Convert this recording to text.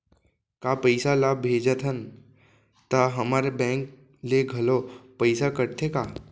का पइसा ला भेजथन त हमर बैंक ले घलो पइसा कटथे का?